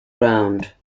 ground